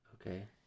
Okay